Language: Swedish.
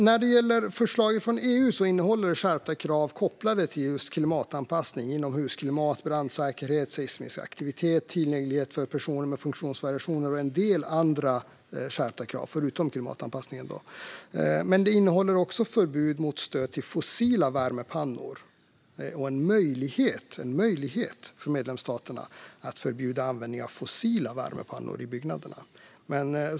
När det gäller förslag från EU innehåller de skärpta krav kopplade till klimatanpassning, inomhusklimat, brandsäkerhet, seismisk aktivitet, tillgänglighet för personer med funktionsvariationer och en del andra skärpta krav. De innehåller också förbud mot stöd till fossila värmepannor och en möjlighet - en möjlighet! - för medlemsstaterna att förbjuda användning av fossila värmepannor i byggnader.